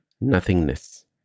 nothingness